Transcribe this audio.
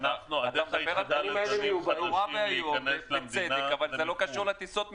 זה נורא ואיום אבל לא קשור לטיסות מחו"ל.